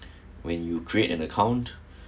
when you create an account